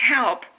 help